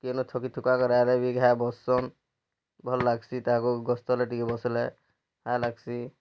କେନ୍ ଥକି ଥୁକା କରି ଆଇଲେ ବି ବସନ୍ ଭଲ୍ ଲାଗ୍ସି ତାକୁ ଗଛ୍ ତଲେ ଟିକେ ବସିଲେ ଛାଏ ଲାଗ୍ସି